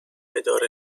اداره